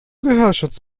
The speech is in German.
gehörschutz